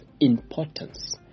Importance